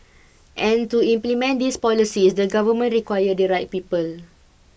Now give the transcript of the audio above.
and to implement these policies the government require the right people